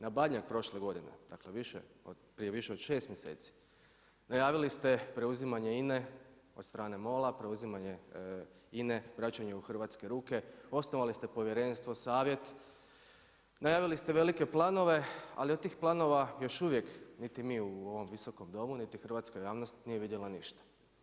Na Badnjak prošle godine, dakle prije više od šest mjeseci najavili ste preuzimanje INA-e od strane MOL-a, preuzimanje INA-e vraćanje u hrvatske ruke, osnovali ste povjerenstvo, savjet, najavili ste velike planove, ali od tih planova još uvijek niti mi u ovom Visokom domu, niti hrvatska javnost nije vidjela ništa.